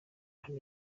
hano